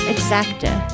Exacta